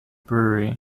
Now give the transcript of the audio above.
brewery